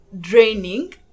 draining